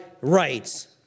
rights